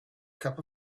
cup